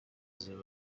ziba